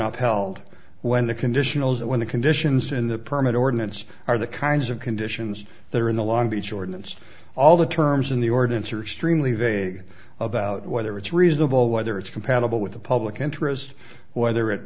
upheld when the conditional is when the conditions in the permit ordinance are the kinds of conditions they're in the long beach ordinance all the terms in the ordinance are stream leave a about whether it's reasonable whether it's compatible with the public interest whether it